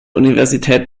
universität